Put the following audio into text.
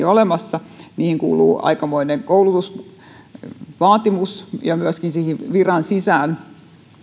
olemassa kuuluu aikamoinen koulutusvaatimus ja myöskin siihen viran sisään